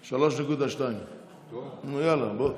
3.2. יאללה, בוא.